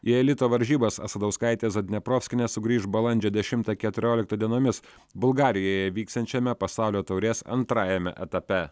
į elito varžybas asadauskaitė zadneprovskienė sugrįš balandžio dešimtą keturioliktą dienomis bulgarijoje vyksiančiame pasaulio taurės antrajame etape